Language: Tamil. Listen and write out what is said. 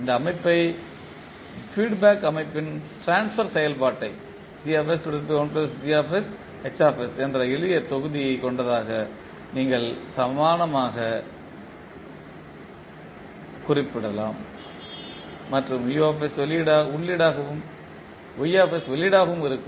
இந்த அமைப்பை ஃபீட் பேக் அமைப்பின் ட்ரான்ஸ்பர் செயல்பாட்டை என்ற எளிய தொகுதியை கொண்டதாக நீங்கள் சமானமாக குறிப்பிடலாம் மற்றும் U உள்ளீடாகவும் Y வெளியீட்டாகவும் இருக்கும்